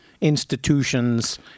institutions